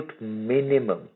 minimum